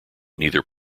neither